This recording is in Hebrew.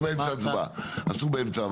לא באמצע ההצבעה, אסור באמצע.